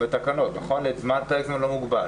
בתקנות לפרק זמן לא מוגבל.